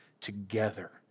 together